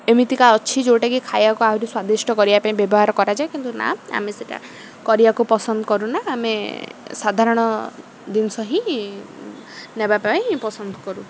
ଏମିତିକା ଅଛି ଯେଉଁଟାକି ଖାଇବାକୁ ଆହୁରି ସ୍ଵାଦିଷ୍ଟ କରିବା ପାଇଁ ବ୍ୟବହାର କରାଯାଏ କିନ୍ତୁ ନା ଆମେ ସେଇଟା କରିବାକୁ ପସନ୍ଦ କରୁନା ଆମେ ସାଧାରଣ ଜିନିଷ ହିଁ ନେବାପାଇଁ ପସନ୍ଦ କରୁ